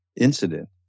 incident